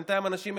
בינתיים אנשים,